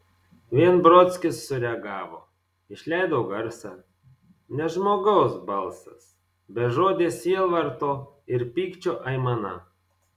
vien brodskis sureagavo išleido garsą ne žmogaus balsas bežodė sielvarto ir pykčio aimana